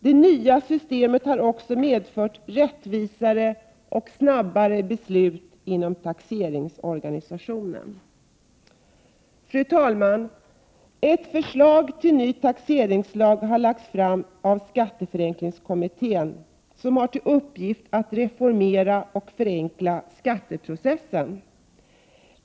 Det nya systemet har också medfört rättvisare och snabbare beslut inom taxeringsorganisationen. Fru talman! Ett förslag till ny taxeringslag har lagts fram av skatteförenklingskommittén, som har till uppgift att reformera och förenkla skatteprocessen.